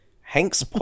Hanks